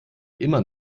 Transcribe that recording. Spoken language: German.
immer